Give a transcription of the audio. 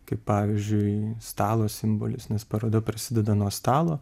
kaip pavyzdžiui stalo simbolis nes paroda prasideda nuo stalo